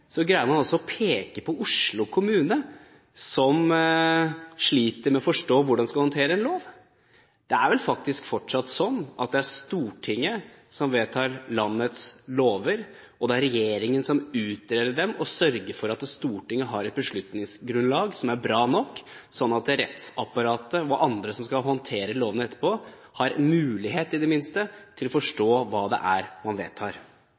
Så delegerer man altså bort det politiske ansvaret for å rettlede kommunene og rettsapparatet til et direktorat. I all frekkhet – unnskyld uttrykket – greier man å peke på Oslo kommune, som sliter med å forstå hvordan de skal håndtere en lov. Det er vel faktisk fortsatt sånn at det er Stortinget som vedtar landets lover, og det er regjeringen som utøver dem og sørger for at Stortinget har et beslutningsgrunnlag som er bra nok, sånn at rettsapparatet og andre som skal håndtere